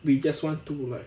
we just want to like